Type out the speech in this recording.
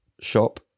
shop